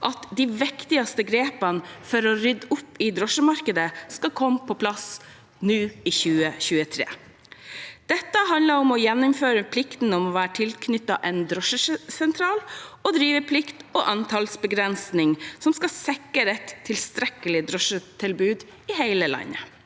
at de viktigste grepene for å rydde opp i drosjemarkedet skal komme på plass i 2023. Det handler om å gjeninnføre plikten om å være tilknyttet en drosjesentral og driveplikt og antallsbegrensning, som skal sikre et tilstrekkelig drosjetilbud i hele landet.